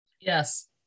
yes